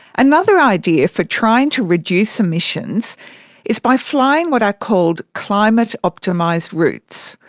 another idea for trying to reduce emissions is by flying what are called climate-optimised routes,